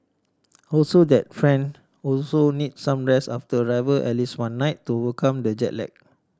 also that friend also need some rest after arrival at least one night to overcome the jet lag